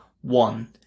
one